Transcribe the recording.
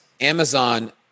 Amazon